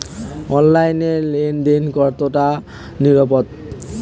অনলাইনে লেন দেন কতটা নিরাপদ?